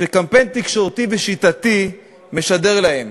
שקמפיין תקשורתי ושיטתי משדר להם,